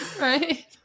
right